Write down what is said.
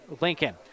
Lincoln